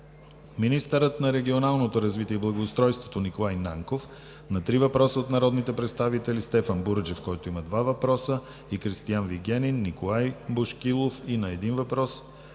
министърът на регионалното развитие и благоустройството Николай Нанков – на три въпроса от народните представители Стефан Бурджев два въпроса; и Кристиан Вигенин и Николай Бошкилов; и на един въпрос